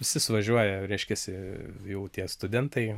visi suvažiuoja reiškiasi jau tie studentai